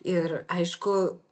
ir aišku